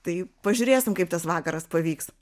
tai pažiūrėsim kaip tas vakaras pavyks